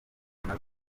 nazo